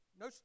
No